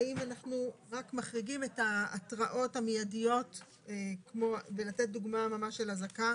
האם אנחנו רק מחריגים את ההתרעות המידיות ולתת דוגמה של אזעקה?